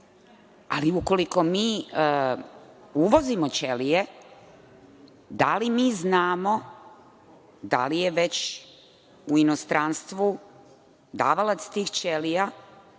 ali ukoliko mi uvozimo ćelije, da li mi znamo da li je već u inostranstvu davalac tih ćelija